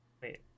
wait